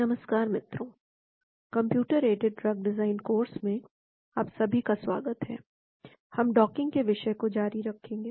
नमस्कार मित्रों computer aided drug design course में आपका सभी का स्वागत है हम डॉकिंग के विषय को जारी रखेंगे